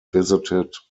visited